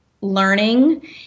learning